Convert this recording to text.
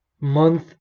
month